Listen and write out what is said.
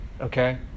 okay